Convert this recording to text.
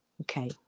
okay